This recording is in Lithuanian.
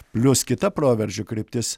plius kita proveržio kryptis